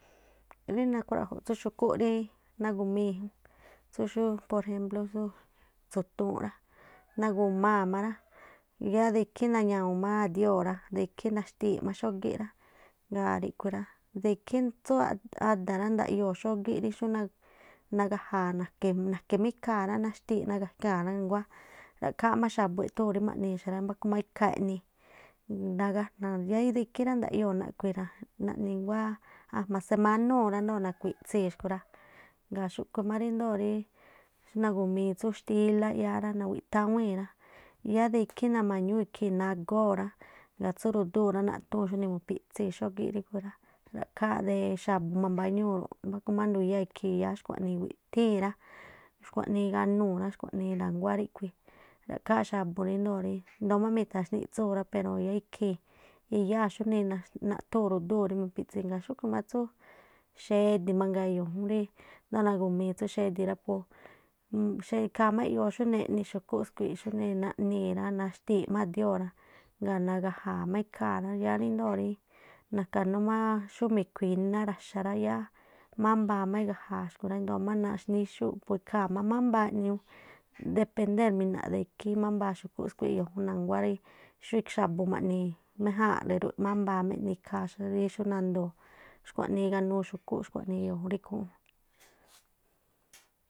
Rí nakhruaꞌjo̱ꞌ tsú xu̱kú rí nagu̱mii̱ tsú por ejemplo tsú tsu̱tuun rá, nagu̱maa̱ má rá yáá de ikhí naña̱wu̱u̱n má a̱dióo̱ rá, de ikhí naxtíi̱ꞌ má xógíꞌ rá, ngaa̱ ríꞌkhui̱ rá, de ikhí tsú ada̱ rá ndaꞌyoo̱ xógíꞌ nagaja̱a̱ na̱ke na̱ke̱ má a ikhaa̱ rá naxtii̱ꞌ ra nguá ra̱ꞌkhááꞌ má xa̱bu̱ eꞌthuu̱n rí ma̱ꞌnii̱ xa rá, mbáku má ikhaa̱ eꞌnii̱ yáá de ikhí rá ndaꞌyoo̱ naꞌkhui̱ ra̱, naꞌni waa̱ ajma̱ semánúu̱ rá ndoo̱ nakui̱tsi̱ xkuira. Ngaa̱ xúkhu̱ má ríndo̱o ri nagu̱mii tsú xtilá yáá rá, nawiꞌtháwíín rá, yáá de ikhí nama̱ñúu̱ nagóo̱ rá, ngaa̱ tsú ru̱dúu̱n naꞌthúu̱n xúnii mu̱phii̱tsii̱ xógíꞌ ríꞌkhui̱ rá. Ra̱ꞌkháá de xa̱bu̱ manbáñúu̱ roꞌ mbáku má nduyáa̱ ikhii̱n yáá xkua̱ꞌnii iwiꞌthii̱ rá, xkuaꞌnii iganuu̱ rá, na̱nguá ríꞌkhui̱, ra̱khááꞌ xa̱bu̱ rá pero yáá ikhii̱n i̱yáa̱ xúnii naꞌthúu̱n ru̱dúu̱n rí mu̱phi̱ꞌtsii̱. Ngaa̱ xúꞌkhu̱ má tsú xe̱di̱ mangaa yo̱o̱ jun rí, náa̱ nagu̱mii tsú xedi̱ rápu ikhaa má eꞌyoo xúnii eꞌni xu̱kúꞌ skui̱ xúnii naꞌnii̱ rá, naxtii̱ꞌ má a̱dióo̱ rá, ngaa̱ nagaja̱a̱ má ikhaa̱ rá yáá ríndoo̱ rí naka̱nú má xú mi̱khui̱ iná ra̱xa̱ rá yáá mámbaa má igaja̱a̱ xkui̱ rá, ndo̱o má xnaníxúu̱ꞌ pu ikhaa̱ má mábaa ñuu depender mina̱ꞌ de khi mámbaa xu̱kú skui eyo̱o̱ jun, na̱nguá xurí xa̱bu̱ maꞌni mejáa̱nle rú mámbaa má ikhaa̱ rí xú nandoo̱, xkuaꞌnii iganuu xu̱kúꞌ, xkua̱nii e̱yo̱o̱ ri khún.